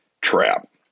trap